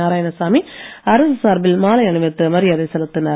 நாராயணசாமி அரசு சார்பில் மாலை அணிவித்து மரியாதை செலுத்தினார்